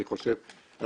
אני חושב,